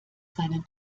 seinen